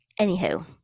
anywho